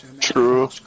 True